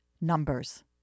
Numbers